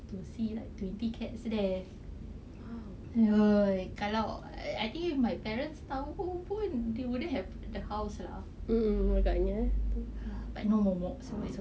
to see like twenty cats there !oi! kalau I think if my parents tahu pun they wouldn't have the house lah but no momok so it's okay